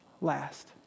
last